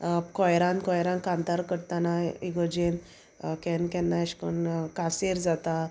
कोयरान कोयरान कांतार करताना इगर्जेन केन्ना केन्ना एशकोन्न कांशेर जाता